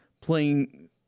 playing